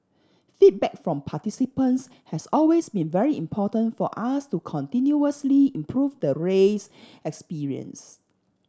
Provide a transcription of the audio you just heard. feedback from participants has always been very important for us to continuously improve the race experience